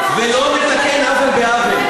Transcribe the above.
ולא נתקן עוול בעוול.